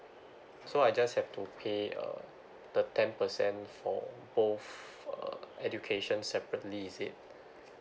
so I just have to pay uh the ten percent for both uh education separately is it